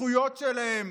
הזכויות שלהם,